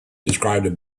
described